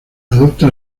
adopta